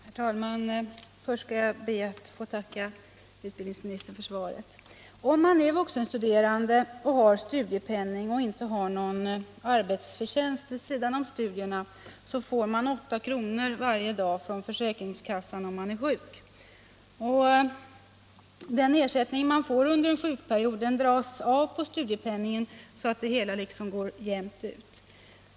Herr talman! Först skall jag be att få tacka utbildningsministern för svaret. Om man är vuxenstuderande och har studiepenning och inte någon arbetsförtjänst vid sidan av studierna, får man 8 kr. per dag från försäkringskassan vid sjukdom. Den ersättning man får under en sjukperiod dras av på studiepenningen så att det hela går jämnt ut.